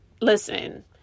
Listen